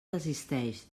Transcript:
desisteix